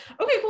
Okay